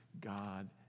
God